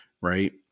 right